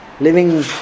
living